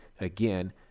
again